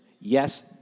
yes